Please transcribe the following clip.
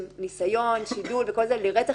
ניסיון, שידול, רצח